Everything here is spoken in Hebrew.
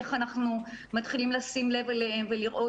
איך אנחנו מתחילים לשים לב אליהם ולראות